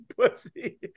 pussy